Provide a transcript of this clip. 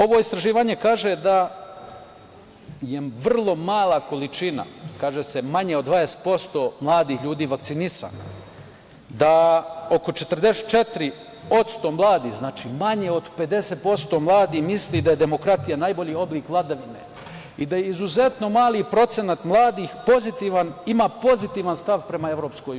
Ovo istraživanje kaže da je vrlo mala količina, kaže se, manje od 20%, mladih ljudi vakcinisana, da oko 44% mladih, znači manje od 50% mladih, misli da je demokratija najbolji oblik vladavine i da izuzetno mali procenat mladih ima pozitivan stav prema EU.